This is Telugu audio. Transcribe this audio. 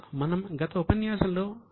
మనం గత ఉపన్యాసంలో 4 వ అంశం వరకు చర్చించాము